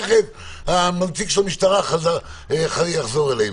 נציג המשטרה יחזור אלינו.